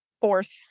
fourth